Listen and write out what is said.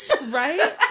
Right